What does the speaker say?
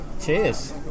cheers